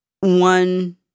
one